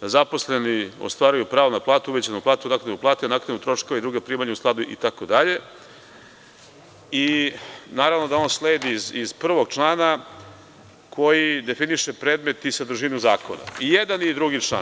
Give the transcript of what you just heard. zaposleni ostvaruju pravo na platu, uvećanu platu, naknadu plate, naknadu troškova i druga primanja, itd, naravno da on sledi iz 1. člana koji definiše predmet i sadržinu zakona i jedan i drugi član.